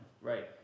Right